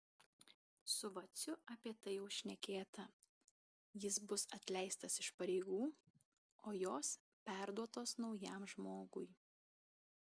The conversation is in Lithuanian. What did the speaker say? su vaciu apie tai jau šnekėta jis bus atleistas iš pareigų o jos perduotos naujam žmogui